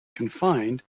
confined